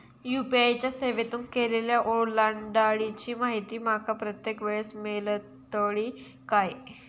UPI च्या सेवेतून केलेल्या ओलांडाळीची माहिती माका प्रत्येक वेळेस मेलतळी काय?